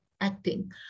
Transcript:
acting